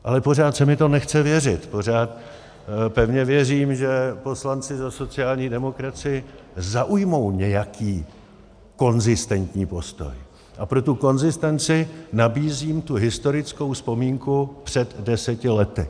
Ale pořád se mi to nechce věřit, pořád pevně věřím, že poslanci za sociální demokracii zaujmou nějaký konzistentní postoj, a pro tu konzistenci nabízím tu historickou vzpomínku před deseti lety.